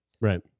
right